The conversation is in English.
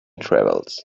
travels